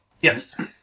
Yes